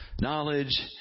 knowledge